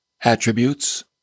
attributes